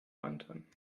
anton